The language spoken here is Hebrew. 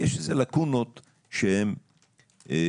יש איזה לאקונות שהן מקוממות.